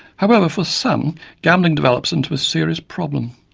however, for some gambling develops into a serious problem.